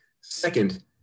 second